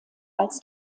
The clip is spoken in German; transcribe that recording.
als